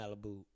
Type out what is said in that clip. Malibu